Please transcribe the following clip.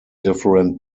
different